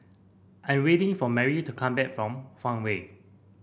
I am waiting for Mary to come back from Farmway